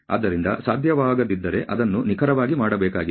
ಆದ್ದರಿಂದ ಸಾಧ್ಯವಾಗದಿದ್ದರೆ ಅದನ್ನು ನಿಖರವಾಗಿ ಮಾಡಬೇಕಾಗಿದೆ